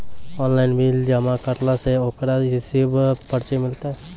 Online bill जमा करला से ओकरौ रिसीव पर्ची मिलतै?